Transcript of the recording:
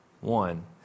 one